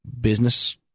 business